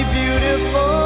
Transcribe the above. beautiful